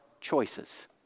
choices